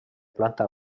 planta